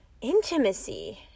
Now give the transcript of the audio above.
intimacy